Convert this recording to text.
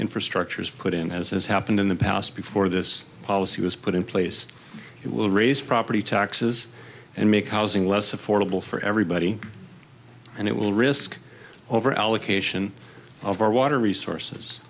infrastructure is put in as has happened in the past before this policy was put in place it will raise property taxes and make housing less affordable for everybody and it will risk over allocation of our water resources